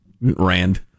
Rand